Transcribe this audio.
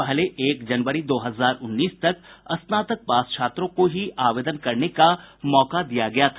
पहले एक जनवरी दो हजार उन्नीस तक स्नातक पास छात्रों को ही आवेदन करने का मौका दिया गया था